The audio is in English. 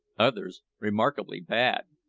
others remarkably bad.